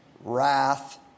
wrath